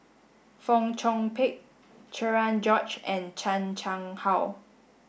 Fong Chong Pik Cherian George and Chan Chang How